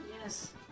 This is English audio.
Yes